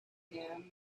him